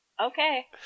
Okay